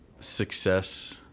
success